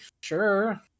Sure